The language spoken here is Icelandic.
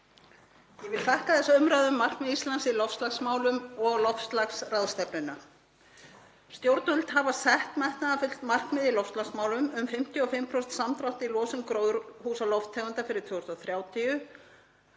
Ég vil þakka þessa umræðu um markmið Íslands í loftslagsmálum og niðurstöður loftslagsráðstefnunnar. Stjórnvöld hafa sett metnaðarfullt markmið í loftslagsmálum um 55% samdrátt í losun gróðurhúsalofttegunda fyrir 2030